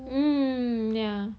mm ya